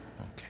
Okay